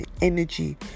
energy